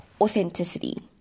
Authenticity